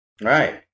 right